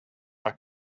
are